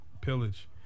pillage